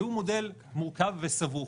שהוא מודל מורכב וסבוך,